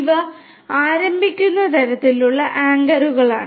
ഇവ ആരംഭിക്കുന്ന തരത്തിലുള്ള ആങ്കറുകളാണ്